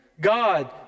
God